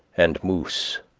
and moose,